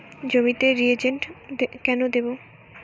জমিতে রিজেন্ট কেন দেবো?